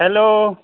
hello